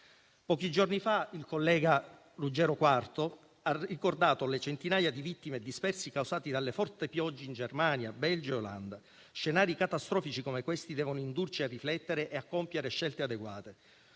Pochi giorni fa, il collega Ruggiero Quarto ha ricordato le centinaia di vittime e dispersi causate dalle forti piogge in Germania, Belgio e Olanda. Scenari catastrofici come questi devono indurci a riflettere e a compiere scelte adeguate.